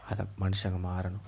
அதை மனுஷங்க மாறவேணும்